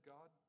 God